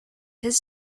his